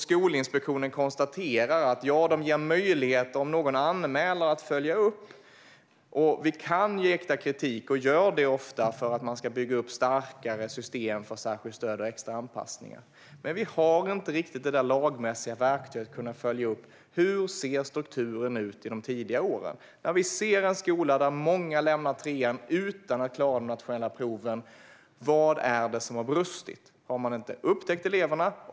Skolinspektionen konstaterar att de ger möjligheter att följa upp om någon anmäler, och man kan rikta kritik och gör det ofta för att skolorna ska bygga upp starkare system för särskilt stöd och extra anpassningar. Men vi har inte riktigt ett lagmässigt verktyg för att följa upp hur strukturen ser ut i de tidiga åren. Vi ser en skola där många lämnar trean utan att klara de nationella proven - vad är det då som har brustit? Har man inte upptäckt eleverna?